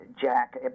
Jack